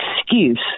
excuse